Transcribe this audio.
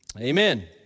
amen